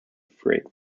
freight